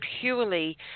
purely